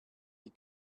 die